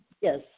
Yes